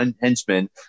henchmen